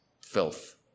filth